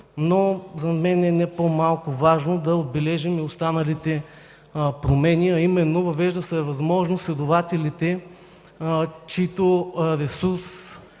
според мен е не по-малко важно да отбележим и останалите промени. Въвежда се възможност следователите, чийто ресурс